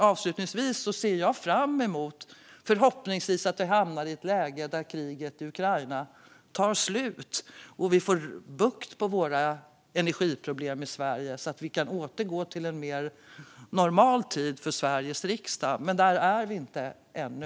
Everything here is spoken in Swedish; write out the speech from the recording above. Avslutningsvis ser jag fram emot att förhoppningsvis hamna i ett läge där kriget i Ukraina tar slut och vi får bukt med energiproblemen i Sverige så att vi kan återgå till en mer normal tid för Sveriges riksdag, men där är vi inte ännu.